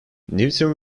newton